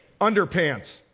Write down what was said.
underpants